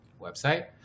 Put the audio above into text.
website